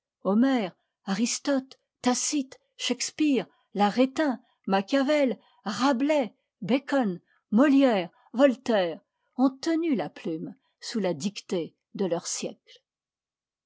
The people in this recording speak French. homère aristote tacite shakespeare l'arétin machiavel rabelais bacon molière voltaire ont tenu la plume sous la dictée de leurs siècles